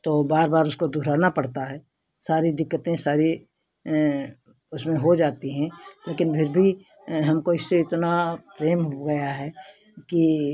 तो बार बार उसको दुहराना पड़ता है सारी दिक्कतें सारी उसमें हो जाती हैं लेकिन फिर भी हमको इससे इतना प्रेम हो गया है कि